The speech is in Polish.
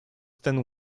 ten